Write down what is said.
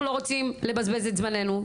אנחנו לא רוצים לבזבז את זמננו.